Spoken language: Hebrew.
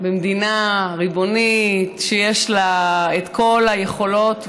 במדינה ריבונית שיש לה את כל היכולות והמשאבים,